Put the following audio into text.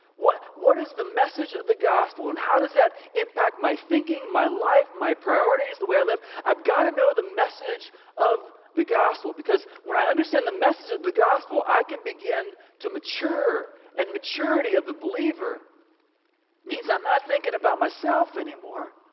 what what is the message of the gospel and how does that impact my thinking, my life, my priorities, the way i live, i've got to know the message of the gospel. because when i understand the message of the gospel, i can begin to mature and maturity of the believer means i'm not thinking about myself anymore,